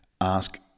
Ask